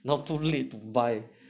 now too late to buy